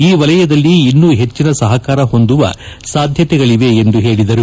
ಈ ವಲಯದಲ್ಲಿ ಇನ್ನು ಹೆಚ್ಚಿನ ಸಹಕಾರ ಹೊಂದುವ ಸಾಧ್ಯತೆಗಳವೆ ಎಂದು ಹೇಳದರು